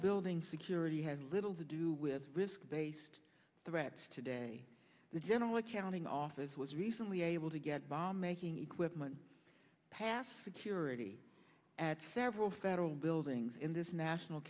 building security has little to do with risk based threats today the general accounting office was recently able to get bomb making equipment past security at several federal buildings in this national